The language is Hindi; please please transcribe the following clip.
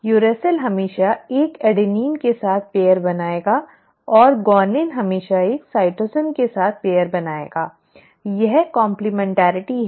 यूरैसिल हमेशा एक एडेनिन के साथ पेयर बनाएगा और गुआनिन हमेशा एक साइटोसि न के साथ पेयर बनाएगा यह काम्प्लिमेन्टैरिटी है